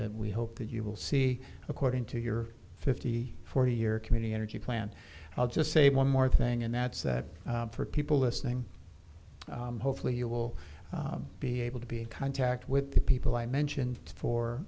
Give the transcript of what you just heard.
that we hope that you will see according to your fifty forty year community energy plan i'll just say one more thing and that's that for people listening hopefully you will be able to be in contact with the people i mentioned for